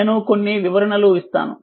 నేను కొన్ని వివరణలు ఇస్తాను